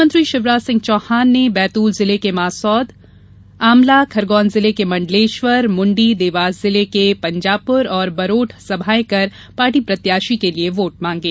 मुख्यमत्रीं शिवराज सिंह चौहान ने बैतुल जिले के मासौद आमला खरगोन जिले के मण्डलेश्वर मृण्डी देवास जिले के पंजापुर और बर्राठ सभायें कर पार्टी प्रत्याशियों के लिए वोट मांगे